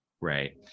Right